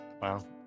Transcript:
Wow